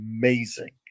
amazing